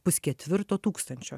pusketvirto tūkstančio